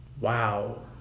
Wow